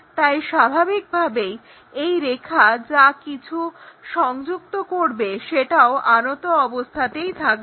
তাই স্বাভাবিকভাবেই এই রেখা যা কিছু সংযুক্ত করবে সেটাও আনত অবস্থাতেই থাকবে